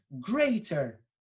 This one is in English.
greater